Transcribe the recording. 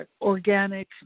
Organic